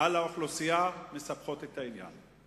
על האוכלוסייה, מסבכות את העניין.